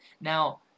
Now